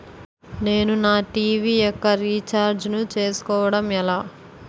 నేను నా టీ.వీ యెక్క రీఛార్జ్ ను చేసుకోవడం ఎలా?